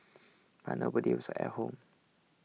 but nobody was at home